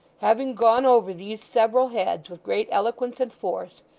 having gone over these several heads with great eloquence and force,